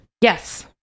yes